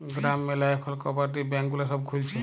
গ্রাম ম্যালা এখল cooperative bank গুলা সব খুলছে